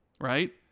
right